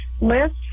list